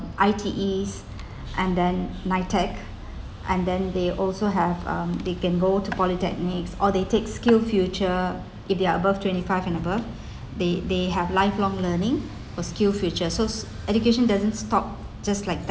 I_T_Es and then NITEC and then they also have um they can go to polytechnics or they take skill future if they are above twenty five and above they they have lifelong learning for skill future so education doesn't stop just like tha~